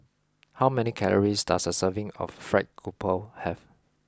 how many calories does a serving of Fried Grouper have